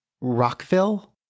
Rockville